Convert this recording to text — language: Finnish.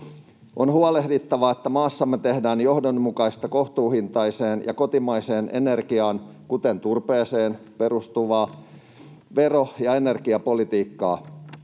On huolehdittava, että maassamme tehdään johdonmukaista kohtuuhintaiseen ja kotimaiseen energiaan, kuten turpeeseen, perustuvaa vero- ja energiapolitiikkaa,